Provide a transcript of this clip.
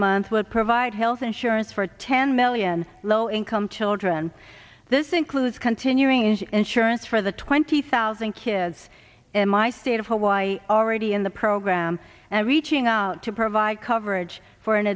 month will provide health insurance for ten million low income children this includes continuing insurance for the twenty thousand kids in my state of hawaii already in the program and reaching out to provide coverage for an